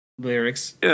lyrics